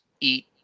eat